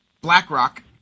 BlackRock